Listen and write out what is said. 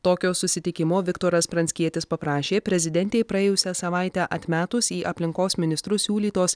tokio susitikimo viktoras pranckietis paprašė prezidentei praėjusią savaitę atmetus į aplinkos ministrus siūlytos